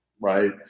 right